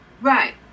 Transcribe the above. Right